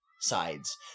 sides